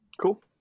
Cool